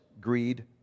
greed